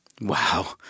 Wow